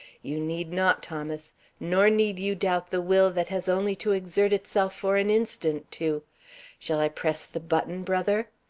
you need not, thomas nor need you doubt the will that has only to exert itself for an instant to shall i press the button, brother?